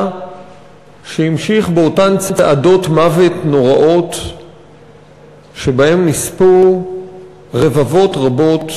שנמשך באותן צעדות מוות נוראות שבהן נספו רבבות רבות